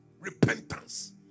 repentance